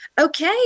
Okay